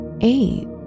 eight